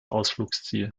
ausflugsziel